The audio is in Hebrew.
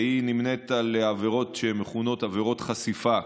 והיא נמנית עם העבירות שמכונות עבירות חשיפה,